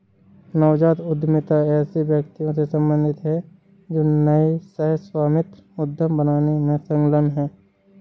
नवजात उद्यमिता ऐसे व्यक्तियों से सम्बंधित है जो नए सह स्वामित्व उद्यम बनाने में संलग्न हैं